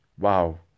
wow